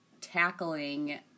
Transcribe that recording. tackling